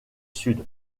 sud